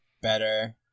better